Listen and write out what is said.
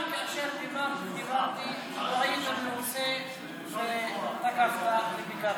גם כאשר, לא היית מרוצה ותקפת וביקרת,